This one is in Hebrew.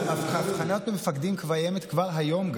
אז הבחנה בין מפקדים קיימת כבר היום.